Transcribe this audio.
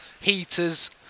heaters